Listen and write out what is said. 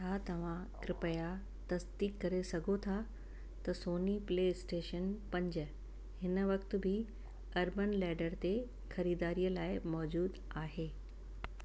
छा तव्हां कृपया तसदीक करे सघो था त सोनी प्लेस्टेशन पंज हिन वक़्त बि अर्बनलैडर ते ख़रीदारीअ लाइ मौजूदु आहे